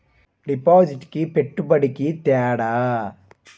డిపాజిట్కి పెట్టుబడికి తేడా?